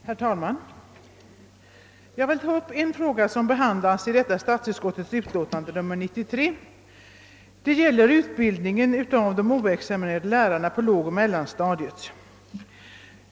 Herr talman! Jag vill gärna ta upp en fråga som behandlas i statsutskottets utlåtande nr 93. Den gäller utbildningen av de oexaminerade lärarna på lågoch mellanstadiet.